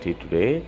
today